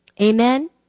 Amen